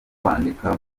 kwandika